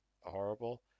horrible